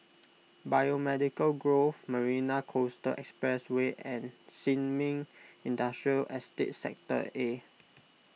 Biomedical Grove Marina Coastal Expressway and Sin Ming Industrial Estate Sector A